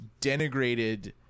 denigrated